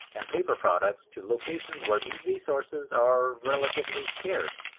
and paper products to locations where these resources are relatively scarce,